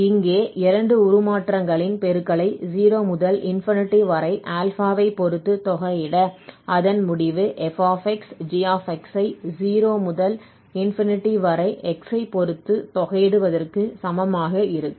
இங்கே இரண்டு உருமாற்றங்களின் பெருக்கலை 0 முதல் வரை α ஐ பொறுத்து தொகையிட அதன் முடிவு f g ஐ 0 முதல் வரை x ஐ பொறுத்து தொகையிடுவதற்க்கு சமமாக இருக்கும்